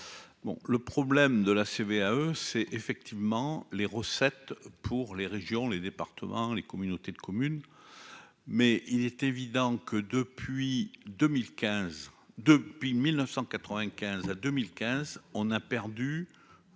le problème de la CVAE c'est effectivement les recettes pour les régions, les départements, les communautés de communes mais il est évident que depuis 2015 depuis 1995 à 2015 on a perdu